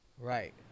Right